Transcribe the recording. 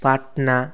Patna